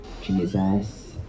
Jesus